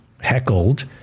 heckled